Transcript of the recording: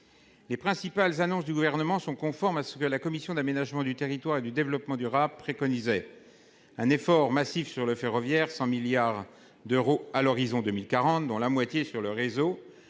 Les principales annonces du gouvernement sont conformes à ce que la commission d'aménagement du territoire et du développement durable préconisait. Un effort massif sur le ferroviaire, 100 milliards d'euros à l'horizon 2040, dont la moitié sur le réseau.